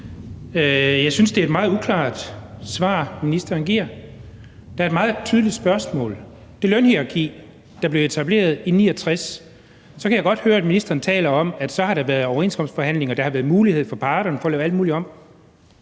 Jeg synes, det er et meget uklart svar, ministeren giver. Der er et meget tydeligt spørgsmål om det lønhierarki, der blev etableret i 1969. Så kan jeg godt høre, at ministeren taler om, at der har været overenskomstforhandlinger, og der har været mulighed for parterne for at lave alt muligt om,